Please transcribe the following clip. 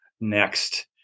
next